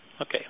Okay